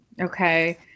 Okay